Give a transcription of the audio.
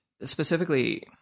specifically